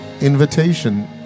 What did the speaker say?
invitation